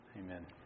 Amen